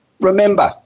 Remember